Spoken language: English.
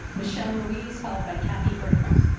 michelle ruiz followed by kathy frings.